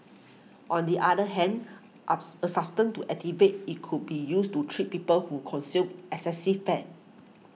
on the other hand ups a substance to activate it could be used to treat people who consume excessive fat